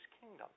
kingdom